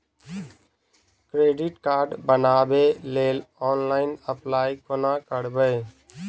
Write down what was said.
Credit card बनाबै लेल online apply कोना करबै?